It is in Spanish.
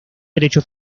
derecho